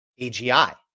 AGI